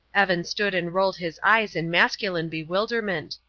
evan stood and rolled his eyes in masculine bewilderment.